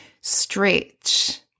Stretch